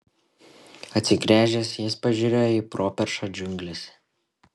atsigręžęs jis pažiūrėjo į properšą džiunglėse